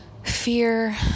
Fear